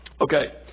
Okay